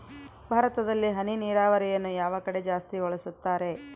ಭಾರತದಲ್ಲಿ ಹನಿ ನೇರಾವರಿಯನ್ನು ಯಾವ ಕಡೆ ಜಾಸ್ತಿ ಬಳಸುತ್ತಾರೆ?